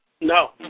No